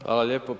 Hvala lijepo.